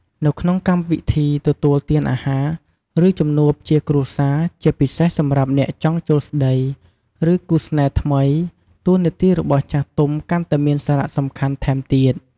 នៅក្នុងកម្មវិធីទទួលទានអាហារ ឬ ជំនួបជាគ្រួសារ ជាពិសេសសម្រាប់អ្នកចង់ចូលស្តី ឬ គូស្នេហ៍ថ្មី តួនាទីរបស់ចាស់ទុំកាន់តែមានសារៈសំខាន់ថែមទៀត។